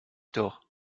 doch